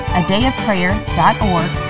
adayofprayer.org